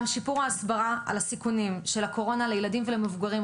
גם שיפור ההסברה על הסיכונים של הקורונה לילדים ומבוגרים,